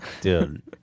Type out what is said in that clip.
Dude